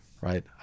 Right